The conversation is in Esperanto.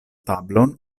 tablon